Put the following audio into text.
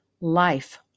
life